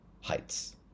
heights